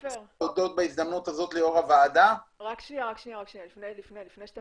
לפני שאתה